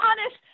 honest